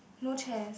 no chairs